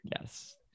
yes